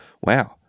wow